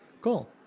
Cool